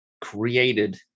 Created